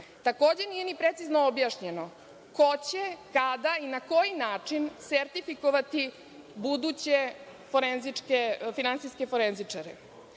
nije precizno objašnjeno ko će, kada i na koji način sertifikovati buduće finansijske forenzičare.